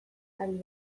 ari